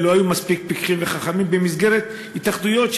לא היו מספיק פיקחים וחכמים במסגרת ההתאחדויות,